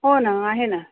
हो ना आहे ना